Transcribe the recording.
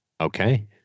Okay